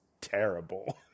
terrible